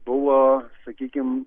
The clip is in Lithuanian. buvo sakykim